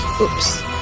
oops